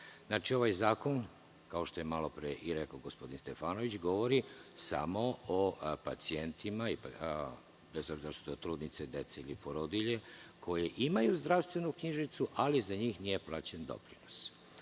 Ovaj zakon, kao što je malopre rekao gospodin Stefanović, govori samo o pacijentima, bez obzira što su to trudnice, deca ili porodilje, koji imaju zdravstvenu knjižicu ali za njih nije plaćen doprinos.